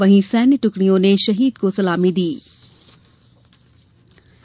वहीं सैन्य टुकड़ी ने शहीद को सलामी दीं